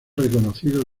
reconocidos